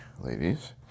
ladies